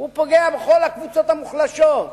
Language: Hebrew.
הוא פוגע בכל הקבוצות המוחלשות,